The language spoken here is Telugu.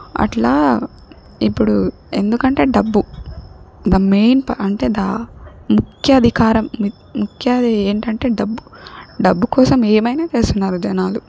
అట్లా ఇప్పుడు ఎందుకంటే డబ్బు ద మెయిన్ పా అంటే ద ముఖ్య అధికారం మిత్ ముఖ్యది ఏంటంటే డబ్బు డబ్బు కోసం ఏమైనా చేస్తున్నారు జనాలు